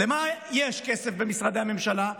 למה יש כסף במשרדי הממשלה?